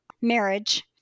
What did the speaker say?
marriage